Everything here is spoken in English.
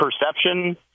perception